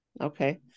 Okay